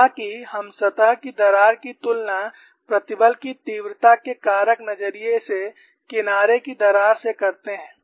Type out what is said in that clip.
हालांकि हम सतह की दरार की तुलना प्रतिबल की तीव्रता के कारक नज़रिए से किनारे की दरार से करते हैं